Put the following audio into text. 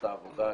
נעשתה עבודה.